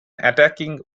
attacking